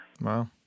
Wow